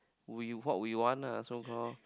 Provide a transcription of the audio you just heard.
would you what would you want ah so called